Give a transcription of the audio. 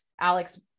Alex